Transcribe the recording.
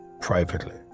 privately